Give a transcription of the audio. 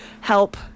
help